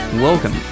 Welcome